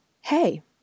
hey